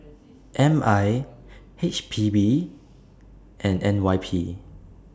M I H P B and N Y P